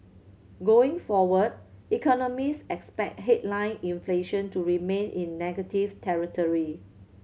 going forward economist expect headline inflation to remain in negative territory